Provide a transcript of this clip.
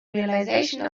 realization